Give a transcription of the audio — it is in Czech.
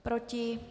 Proti?